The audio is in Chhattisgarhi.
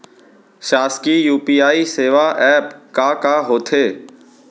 शासकीय यू.पी.आई सेवा एप का का होथे?